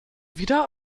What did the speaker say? wieder